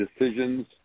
Decisions